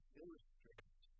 illustrate